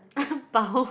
包